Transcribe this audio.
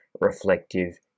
reflective